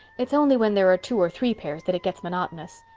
it's only when there are two or three pairs that it gets monotonous.